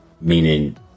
Meaning